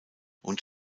und